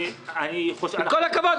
עם כל הכבוד,